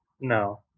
no